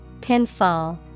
Pinfall